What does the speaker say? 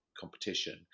competition